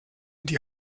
die